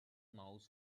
mouse